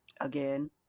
Again